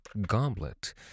goblet